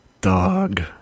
Dog